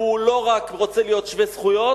שהוא לא רק רוצה להיות שווה זכויות,